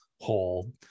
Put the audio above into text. whole